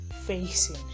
facing